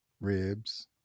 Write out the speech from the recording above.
ribs